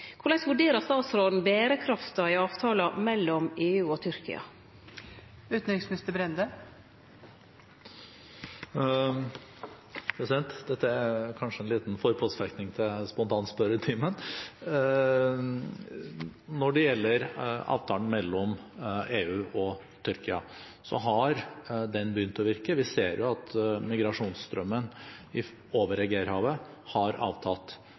vurderer statsråden berekrafta i avtalen mellom EU og Tyrkia? Dette er kanskje en liten forpostfektning til spontanspørretimen? Når det gjelder avtalen mellom EU og Tyrkia, så har den begynt å virke. Vi ser jo at migrasjonsstrømmen over Egeerhavet har avtatt.